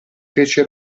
fece